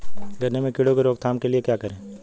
गन्ने में कीड़ों की रोक थाम के लिये क्या करें?